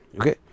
Okay